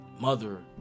mother